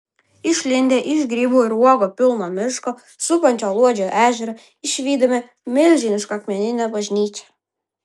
išlindę iš grybų ir uogų pilno miško supančio luodžio ežerą išvydome milžinišką akmeninę bažnyčią